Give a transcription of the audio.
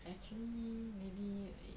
actually maybe it